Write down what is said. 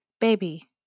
Baby